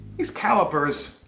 these calipers,